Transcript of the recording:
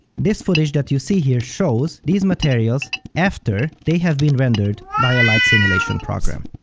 this footage that you see here shows these materials after they have been rendered by a light simulation program.